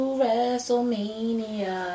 WrestleMania